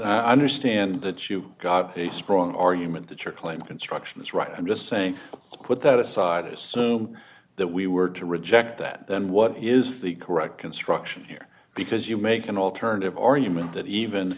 i understand that you got a strong argument that your claim construction is right i'm just saying put that aside assume that we were to reject that then what is the correct construction here because you make an alternative argument that even